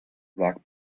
sag